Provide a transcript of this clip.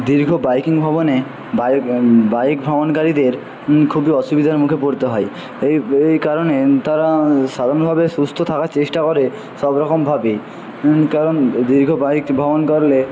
দীর্ঘ বাইকিং ভ্রমণে bike bike ভ্রমণকারীদের খুবই অসুবিধার মুখে পড়তে হয় এই এই কারণে তারা সাধারণভাবে সুস্থ থাকার চেষ্টা করে সব রকমভাবে কারণ দীর্ঘ বাইক ভ্রমণ করলে